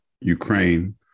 Ukraine